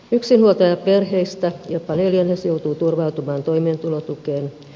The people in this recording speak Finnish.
yksinhuoltajaperheistä jopa neljännes joutuu turvautumaan toimeentulotukeen